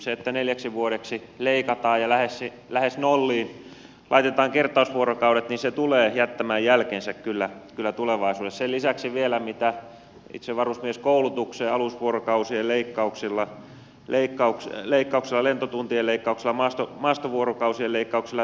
se että neljäksi vuodeksi leikataan ja lähes nolliin laitetaan kertausvuorokaudet tulee jättämään jälkensä kyllä tulevaisuudessa sen lisäksi vielä mitä aiheutetaan itse varusmieskoulutuksen alusvuorokausien leikkauksella lentotuntien leikkauksella maastovuorokausien leikkauksella ynnä muuta